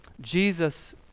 Jesus